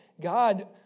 God